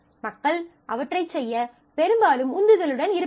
மக்கள் அவற்றைச் செய்ய பெரும்பாலும் உந்துதலுடன் இருப்பார்கள்